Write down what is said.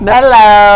Hello